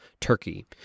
Turkey